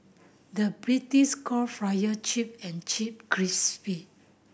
the British call frier chip and chip crispy